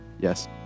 Yes